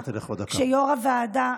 כשיושב-ראש הוועדה,